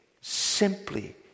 simply